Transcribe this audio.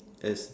as